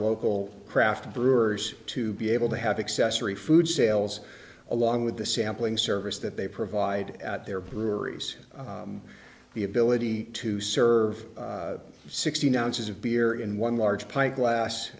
local craft brewers to be able to have excess free food sales along with the sampling service that they provide at their breweries the ability to serve sixteen ounces of beer in one large plate glass